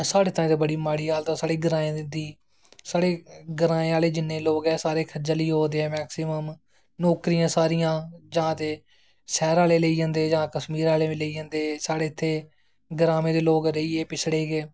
साढ़े ताईं ते बड़ी माड़ी हालत ऐ साढ़े ग्राएं दी साढ़े ग्राएं आह्ले जिन्ने लोग ऐ सारे खज्जल ई होआ दे ऐं मैक्सिमम नौकरियां सारियां जां ते शैह्र आह्ले लेई जंदे जां कश्मीर आह्ले बी लेई जंदे साढ़े इत्थें ग्राएं दे लोग रेही गे पिछड़े गै